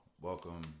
welcome